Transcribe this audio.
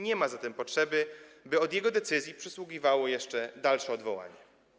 Nie ma zatem potrzeby, by od jego decyzji przysługiwało jeszcze kolejne odwołanie.